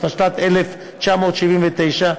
התשל"ט 1979,